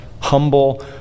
humble